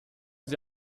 sie